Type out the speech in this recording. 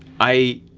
i